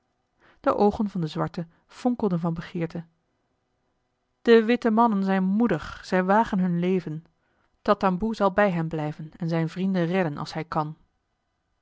de oogen van den zwarte fonkelden van begeerte de witte mannen zijn moedig zij wagen hun leven tatamboe zal bij hen blijven en zijne vrienden redden als hij kan